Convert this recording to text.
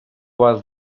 вас